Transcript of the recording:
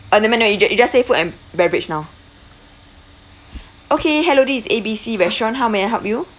uh nevermind nev~ you just you just say food and beverage now okay hello this is A B C restaurant how may I help you